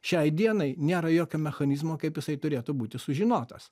šiai dienai nėra jokio mechanizmo kaip jisai turėtų būti sužinotas